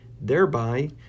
thereby